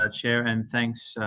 ah chair, and thanks,